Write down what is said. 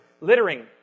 littering